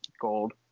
gold